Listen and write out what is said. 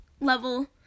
level